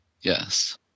Yes